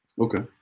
Okay